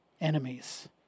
enemies